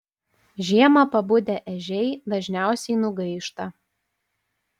žiemą pabudę ežiai dažniausiai nugaišta